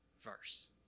verse